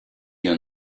your